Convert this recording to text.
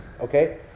okay